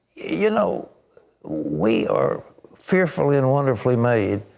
you know we are fearfully and wonderfully made.